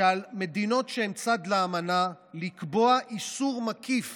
שעל מדינות שהן צד לאמנה לקבוע איסור מקיף